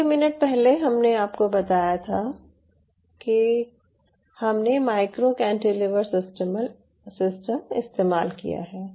कुछ ही मिनट पहले हमने आपको बताया था कि हमने माइक्रो कैंटिलीवर सिस्टम इस्तेमाल किया है